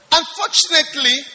unfortunately